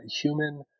human